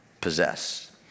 possess